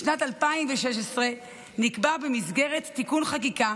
בשנת 2016 נקבע במסגרת תיקון חקיקה